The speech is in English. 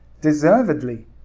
deservedly